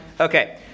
Okay